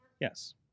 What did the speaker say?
Yes